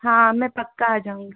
हाँ मैं पक्का आ जाऊँगी